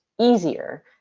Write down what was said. easier